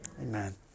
Amen